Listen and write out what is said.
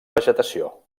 vegetació